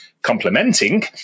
complementing